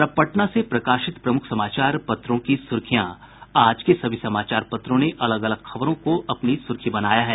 और अब पटना से प्रकाशित प्रमुख समाचार पत्रों की सुर्खियां आज के सभी समाचार पत्रों ने अलग अगल खबर को अपनी सुर्खी बनाया है